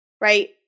right